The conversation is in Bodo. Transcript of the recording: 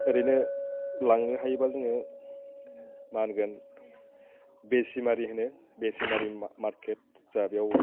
ओरैनो लांनो हायोबा जोङो मा होनगोन बेंसिमारि होनो बेंसिमारि मारकेट जोंहा बेयाव